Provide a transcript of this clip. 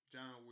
John